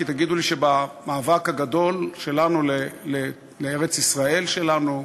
כי תגידו לי שבמאבק הגדול שלנו על ארץ-ישראל שלנו,